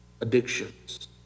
addictions